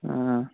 ꯑꯥ